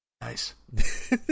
nice